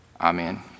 Amen